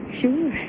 sure